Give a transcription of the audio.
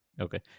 Okay